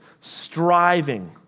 striving